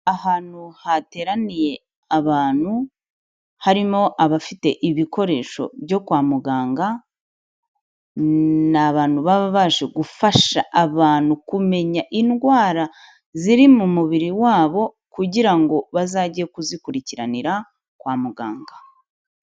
Ahantu hateraniye abantu, harimo abafite ibikoresho byo kwa muganga, ni abantu baba baje gufasha abantu kumenya indwara ziri mu mubiri wabo, kugira ngo bazajye kuzikurikiranira kwa muganga.